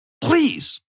please